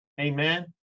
Amen